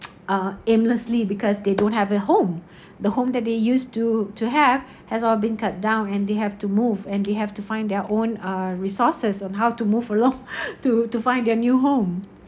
uh aimlessly because they don't have a home the home that they used to to have has all been cut down and they have to move and they have to find their own uh resources on how to move along to to find their new home